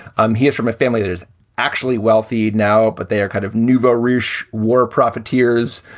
um he is from a family that is actually wealthy now, but they are kind of nouveau riche war profiteers.